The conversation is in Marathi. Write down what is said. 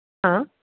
हां